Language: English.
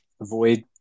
avoid